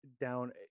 down